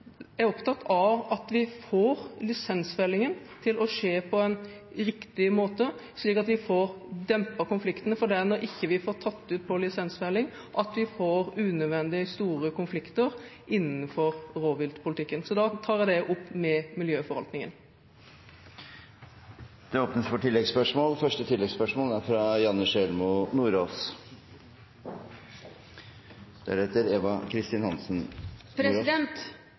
er opptatt av at vi får lisensfellingen til å skje på en riktig måte slik at vi får dempet konfliktene, for det er når vi ikke får tatt ut på lisensfelling at vi får unødvendig store konflikter innenfor rovviltpolitikken. Så da tar jeg det opp med miljøforvaltningen. Det åpnes for oppfølgingsspørsmål – først Janne Sjelmo Nordås.